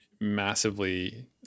massively